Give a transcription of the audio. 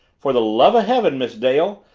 for the love of heaven, miss dale,